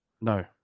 No